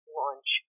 launch